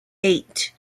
eight